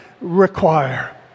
require